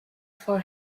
for